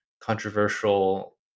controversial